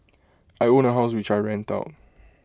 I own A house which I rent out